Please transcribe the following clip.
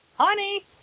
Honey